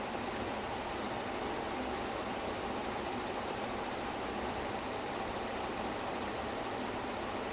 அதுக்கு அப்புறம் அங்க சாப்டதுக்கு அப்புறம்:athukku appuram anga saptathuku appuram like you can not move for at least twenty to thirty minutes guaranteed